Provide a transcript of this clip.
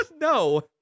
No